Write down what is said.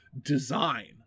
design